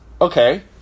okay